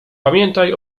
pamiętaj